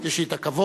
יש לי הכבוד